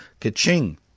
ka-ching